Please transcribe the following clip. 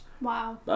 Wow